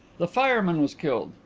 the fireman was killed.